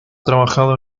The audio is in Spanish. trabajado